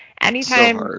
anytime